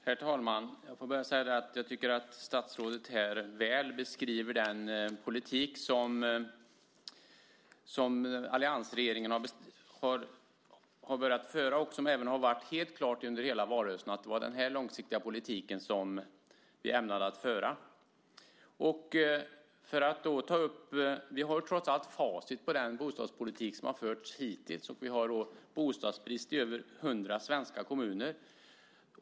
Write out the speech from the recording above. Herr talman! Jag tycker att statsrådet här väl beskriver den politik som alliansregeringen har börjat föra. Det har varit helt klart under hela valrörelsen att det var den här långsiktiga politiken som vi ämnade föra. Vi har trots allt facit på den bostadspolitik som har förts hittills. Vi har bostadsbrist i över 100 svenska kommuner.